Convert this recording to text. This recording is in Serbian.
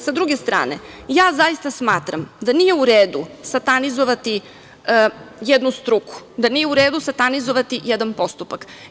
Sa druge strane, ja zaista smatram da nije u redu satanizovati jednu struku, da nije u redu satanizovati jedan postupak.